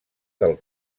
del